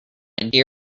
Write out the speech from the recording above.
dear